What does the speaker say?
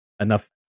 enough